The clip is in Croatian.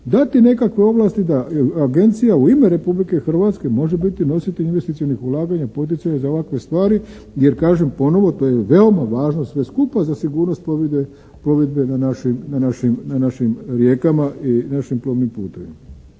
dati nekakve ovlasti da agencija u ime Republike Hrvatske može biti nositelj investicionih ulaganja i poticaja za ovakve stvari jer kažem ponovo to je veoma važno sve skupa za sigurnost plovidbe na našim, na našim rijekama i našim plovnim putovima.